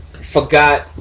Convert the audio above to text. forgot